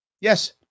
Yes